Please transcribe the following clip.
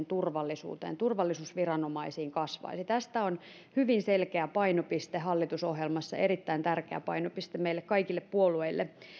turvallisuuteen ja turvallisuusviranomaisiin kasvaisi tästä on hyvin selkeä painopiste hallitusohjelmassa erittäin tärkeä painopiste meille kaikille puolueille